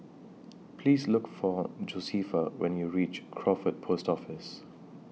Please Look For Josefa when YOU REACH Crawford Post Office